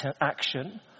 action